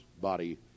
body